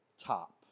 top